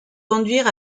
conduire